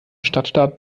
stadtstaat